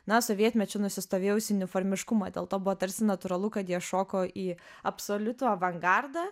na sovietmečiu nusistovėjusį uniformiškumą dėl to buvo tarsi natūralu kad jie šoko į absoliutų avangardą